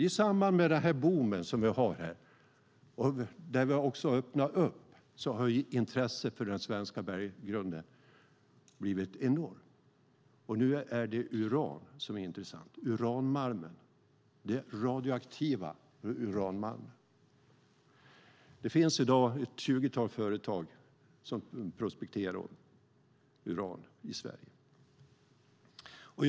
I samband med den här boomen har intresset för den svenska berggrunden blivit enormt. Nu är det den radioaktiva uranmalmen som är intressant. Det finns i dag ett tjugotal företag som prospekterar uran i Sverige.